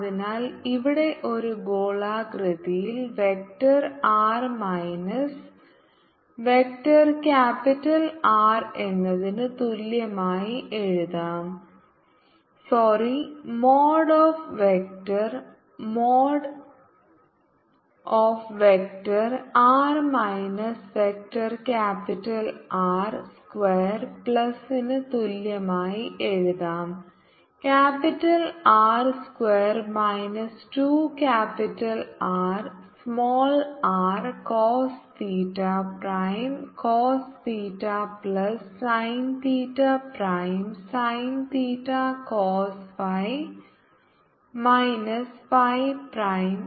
അതിനാൽ ഇവിടെ ഒരു ഗോളാകൃതിയിൽ vector R minus vector capital R എന്നതിന് തുല്യമായി എഴുതാം sorry mod of vector mod of vector R minus vector capital R square പ്ലസിന് തുല്യമായി എഴുതാം capital R square minus 2 capital R small R cos theta prime cos theta plus sine theta prime sine theta cos phi minus phi prime